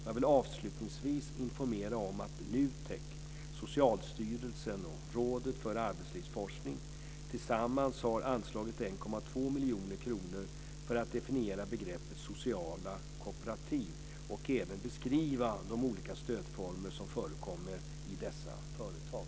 Jag vill avslutningsvis informera om att NUTEK, Socialstyrelsen och Rådet för arbetslivsforskning tillsammans har anslagit 1,2 miljoner kronor för att definiera begreppet sociala kooperativ och även beskriva de olika stödformer som förekommer i dessa företag.